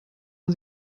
man